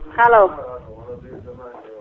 Hello